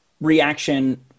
reaction –